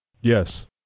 Yes